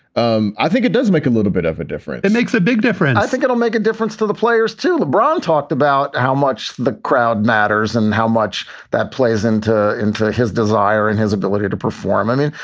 um i think it does make a little bit of a difference. it makes a big difference i think it will make a difference to the players, too. lebron talked about how much the crowd matters and how much that plays into into his desire and his ability to perform. i mean,